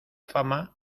fama